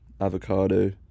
avocado